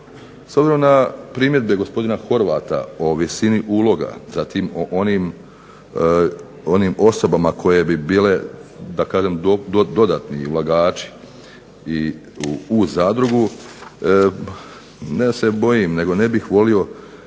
S obzirom na primjedbe gospodina Horvata o visini uloga zatim o onim osobama koje bi bile dodatni ulagači u zadrugu, ne da se bojim, nego ne bih volio